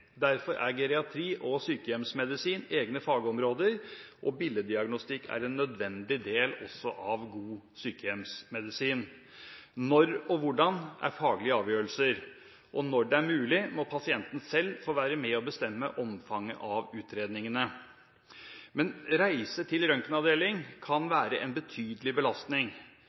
Derfor er geriatri og sykehjemsmedisin egne fagområder, og billeddiagnostikk er en nødvendig del også av god sykehjemsmedisin. «Når» og «hvordan» er faglige avgjørelser, og når det er mulig, må pasienten selv få være med på å bestemme omfanget av utredningene. Men reise til en røntgenavdeling kan være en betydelig belastning.